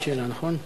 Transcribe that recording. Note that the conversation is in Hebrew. עוד שאלה, נכון?